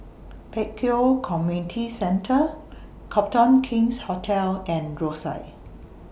Pek Kio Community Centre Copthorne King's Hotel and Rosyth